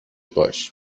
باش